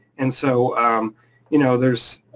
and so you know there's.